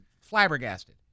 flabbergasted